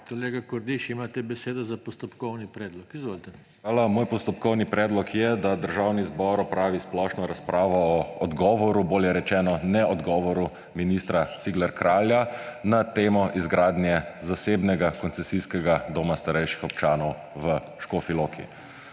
Kolega Kordiš, imate besedo za postopkovni predlog. Izvolite. MIHA KORDIŠ (PS Levica): Hvala. Moj postopkovni predlog je, da Državni zbor opravi splošno razpravo o odgovoru, bolje rečeno, neodgovoru ministra Ciglerja Kralja na temo izgradnje zasebnega koncesijskega doma starejših občanov v Škofji Loki.